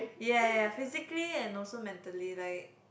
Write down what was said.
ya ya ya physically and also mentally like